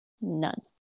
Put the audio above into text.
none